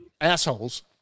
assholes